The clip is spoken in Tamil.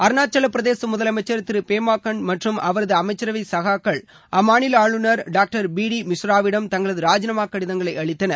அருணாச்சவப்பிரதேச முதலமைச்சர் திரு பேமா கண்ட்டு மற்றும் அவரது அமைச்சரவை சகாக்கள் அம்மாநில ஆளுநர் டாக்டர் பி டி மிஸ்ராவிடம் தங்களது ராஜினாமா கடிதங்களை அளித்தனர்